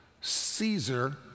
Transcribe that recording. Caesar